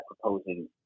proposing